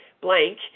blank